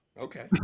okay